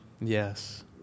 Yes